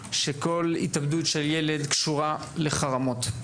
שכל התאבדות של ילד קשורה לחרמות,